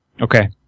Okay